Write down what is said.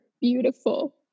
beautiful